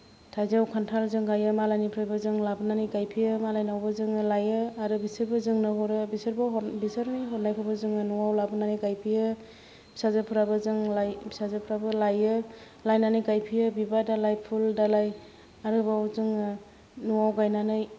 थाइजौ खान्थाल जों गायो मालायनिफ्रायबो जों लाबोनानै गायफैयो मालायनावबो जों लायो आरो बिसोरबो जोंनो हरो बिसोरनि हरनायखौबो जों न'आव लाबोनानै गायफैयो फिसाजोफोराबो लायो लायनानै गायफैयो बिबार दालाय फुल दालाय आरोबाव जोङो न'आव गायनानै